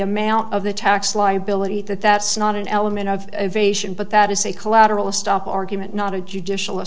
amount of the tax liability that that's not an element of evasion but that is a collateral estoppel argument not a judicial